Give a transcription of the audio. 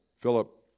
Philip